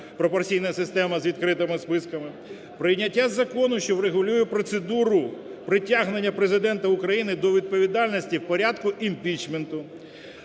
(пропорційна система з відкритими списками), прийняття закону, що врегулює процедуру притягнення Президента України до відповідальності в порядку імпічменту.